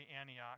Antioch